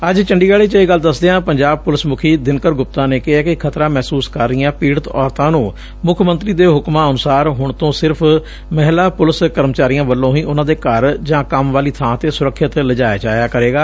ਅੱਜ ਚੰਡੀਗੜ੍ ਚ ਇਹ ਗੱਲ ਦਸਦਿਆਂ ਪੰਜਾਬ ਪੁਲਿਸ ਮੁਖੀ ਦਿਨਕਰ ਗੁਪਤਾ ਨੇ ਕਿਹੈ ਕਿ ਖਤਰਾ ਮਹਿਸੁਸ ਕਰ ਰਹੀਆਂ ਪੀੜਤ ਔਰਤਾਂ ਨੂੰ ਮੁੱਖ ਮੰਤਰੀ ਦੇ ਹੁਕਮਾਂ ਅਨੁਸਾਰ ਹੁਣ ਤੋਾਂ ਸਿਰਫ਼ ਮਹਿਲਾ ਪੁਲਿਸ ਕਰਮਚਾਰੀਆਂ ਵੱਲੋਂ ਹੀ ਉਨ੍ਹਾਂ ਦੇ ਘਰ ਜਾਂ ਕੰਮ ਵਾਲੀ ਥਾਂ ਤੇ ਸੁਰੱਖਿਅਤ ਲਿਜਾਇਆ ਜਾਇਆ ਕਰੇਗਾ